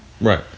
Right